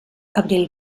abril